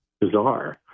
bizarre